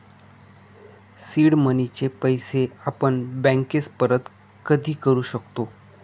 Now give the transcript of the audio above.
seed मनीचे पैसे आपण बँकेस परत कधी करू शकतो